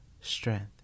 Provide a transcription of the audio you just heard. strength